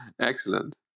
Excellent